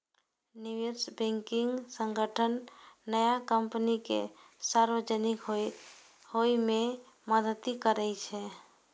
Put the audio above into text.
निवेश बैंकिंग संगठन नया कंपनी कें सार्वजनिक होइ मे मदति करै छै